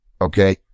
Okay